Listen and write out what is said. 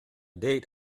date